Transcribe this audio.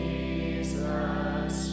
Jesus